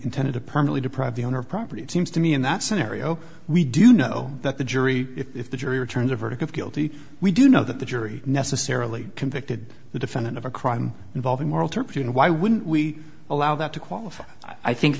intended to permit to deprive the owner of property it seems to me in that scenario we do know that the jury if the jury returns a verdict of guilty we do know that the jury necessarily convicted the defendant of a crime involving moral turpitude and why would we allow that to qualify i think